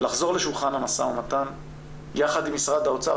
לחזור לשולחן המשא ומתן יחד עם משרד האוצר,